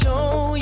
show